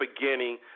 beginning